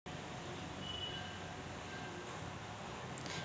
DAP खतामंदी कोनकोनच्या गोष्टी रायते?